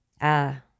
Ah